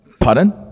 Pardon